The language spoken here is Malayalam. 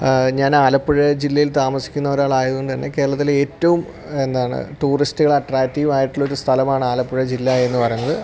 ഞാൻ ആലപ്പുഴ ജില്ലയിൽ താമസിക്കുന്ന ഒരു ആൾ ആയത് കൊണ്ട് തന്നെ കേരളത്തിലെ ഏറ്റവും എന്താണ് ടൂറിസ്റ്റുകൾ അട്ട്രാക്റ്റീവായിട്ടുള്ള ഒരു സ്ഥലമാണ് ആലപ്പുഴ ജില്ല എന്ന് പറയുന്നത്